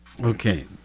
Okay